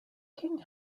king